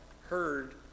heard